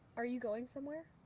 are you going somewhere?